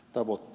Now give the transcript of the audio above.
talbott